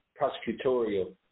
prosecutorial